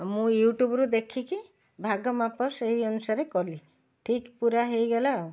ମୁଁ ୟୁଟ୍ୟୁବ୍ରୁ ଦେଖିକି ଭାଗ ମାପ ସେଇ ଅନୁସାରେ କଲି ଠିକ୍ ପୂରା ହେଇଗଲା